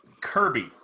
Kirby